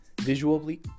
Visually